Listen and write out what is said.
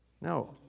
No